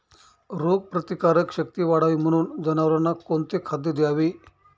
रोगप्रतिकारक शक्ती वाढावी म्हणून जनावरांना कोणते खाद्य द्यावे?